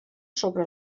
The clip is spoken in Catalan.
sobre